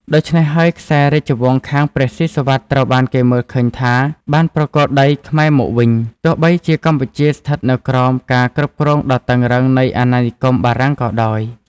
ដូច្នេះហើយ ខ្សែរាជវង្សខាងព្រះស៊ីសុវត្ថិត្រូវបានគេមើលឃើញថា បានប្រគល់ដីខ្មែរមកវិញ ទោះបីជាកម្ពុជាស្ថិតនៅក្រោមការគ្រប់គ្រងដ៏តឹងរ៉ឹងនៃអាណានិគមបារាំងក៏ដោយ។